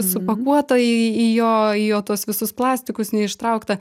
supakuotą į į jo į jo tuos visus plastikus neištrauktą